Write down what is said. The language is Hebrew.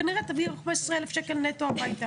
וכנראה תביא הביתה 15,000 שקל נטו.